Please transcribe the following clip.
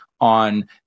on